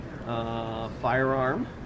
firearm